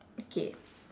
okay